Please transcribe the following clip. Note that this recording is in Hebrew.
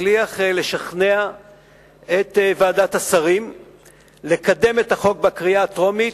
הצליח לשכנע את ועדת השרים לקדם את החוק בקריאה הטרומית,